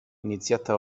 iniziata